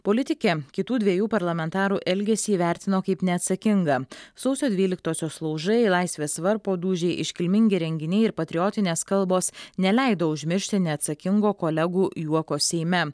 politikė kitų dviejų parlamentarų elgesį įvertino kaip neatsakingą sausio dvyliktosios laužai laisvės varpo dūžiai iškilmingi renginiai ir patriotinės kalbos neleido užmiršti neatsakingo kolegų juoko seime